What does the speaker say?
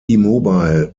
mobile